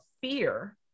fear